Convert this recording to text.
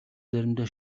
заримдаа